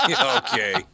Okay